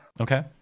okay